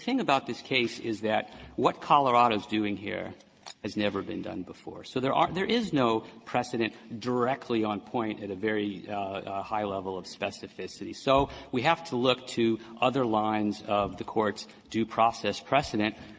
about this case is that what colorado is doing here has never been done before. so there um there is no precedent directly on point at a very high level of specificity. so we have to look to other lines of the court's due process precedent.